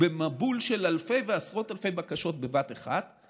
במבול של אלפי ועשרות אלפי בקשות בבת אחת.